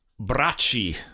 bracci